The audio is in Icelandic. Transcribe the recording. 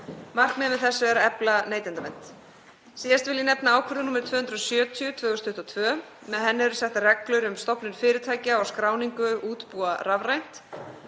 Markmiðið með þessu er að efla neytendavernd. Síðast vil ég nefna ákvörðun nr. 270/2022. Með henni eru settar reglur um stofnun fyrirtækja og skráningu útibúa rafrænt.